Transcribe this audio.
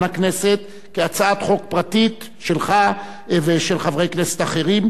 הכנסת כהצעת חוק פרטית שלך ושל חברי כנסת אחרים,